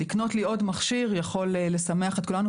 לקנות לי עוד מכשיר יכול לשמח את כולנו,